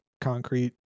concrete